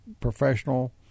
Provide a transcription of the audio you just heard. professional